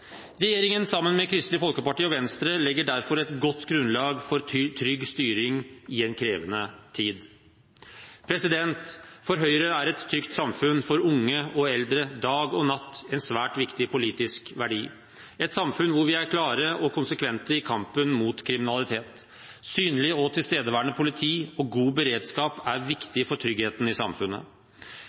Regjeringen, sammen med Kristelig Folkeparti og Venstre, legger derfor et godt grunnlag for trygg styring i en krevende tid. For Høyre er et trygt samfunn – for unge og eldre, dag og natt – en svært viktig politisk verdi, et samfunn hvor vi er klare og konsekvente i kampen mot kriminalitet. Synlig og tilstedeværende politi og god beredskap er viktig for tryggheten i samfunnet.